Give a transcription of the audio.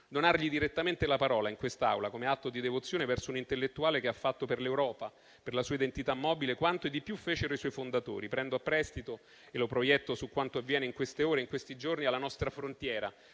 donargli direttamente la parola in quest'Aula, come atto di devozione verso un intellettuale che ha fatto per l'Europa, per la sua identità mobile, quanto e di più fecero i suoi fondatori? Prendo a prestito le sue parole e le proietto su quanto avviene in queste ore, in questi giorni, alla nostra frontiera,